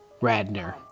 Radner